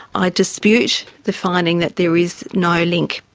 i dispute the finding that there is no link.